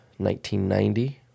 1990